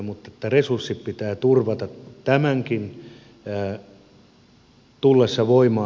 mutta resurssit pitää turvata tämänkin tullessa voimaan